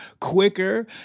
quicker